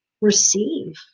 receive